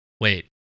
Wait